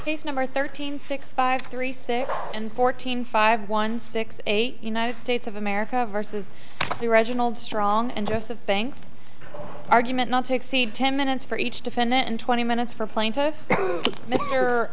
it's number thirteen six five three six and fourteen five one six eight united states of america versus the reginald strong and yes the banks argument not to exceed ten minutes for each defendant and twenty minutes for plaintiff